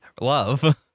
love